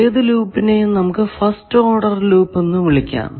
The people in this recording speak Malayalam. ഏതു ലൂപിനെയും നമുക്ക് ഫസ്റ്റ് ഓഡർ ലൂപ്പ് എന്ന് വിളിക്കാം